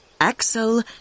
Axel